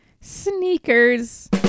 Sneakers